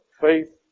faith